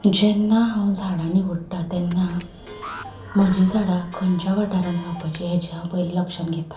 जेन्ना हांव झाडांनी होडटा तेन्ना म्हजे झाडाक खंयच्या वाठारांत जावपाची हे जे हांव पयली लक्षांत घेतां